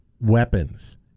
weapons